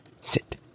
sit